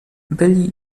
byli